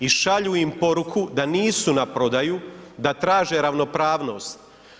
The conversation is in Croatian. I šalju im poruku da nisu na prodaju, da traže ravnopravnost.